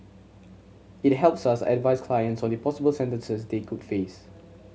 it helps us advise clients on the possible sentences they could face